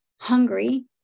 hungry